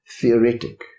Theoretic